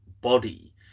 body